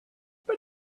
but